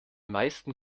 meisten